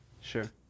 Sure